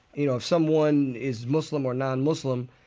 you know if someone is muslim or non-muslim,